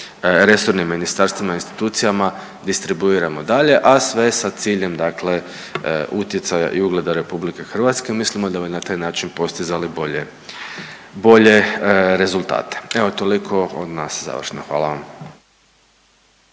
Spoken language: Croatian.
resornim ministarstvima, institucijama distribuiramo dalje a sve sa ciljem dakle utjecaja i ugleda Republike Hrvatske. Mislim da bi na taj način postizali bolje rezultate. Evo toliko od nas završno. Hvala vam.